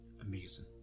amazing